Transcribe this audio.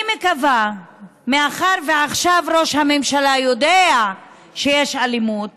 אני מקווה שמאחר שעכשיו ראש הממשלה יודע שיש אלימות